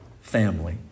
family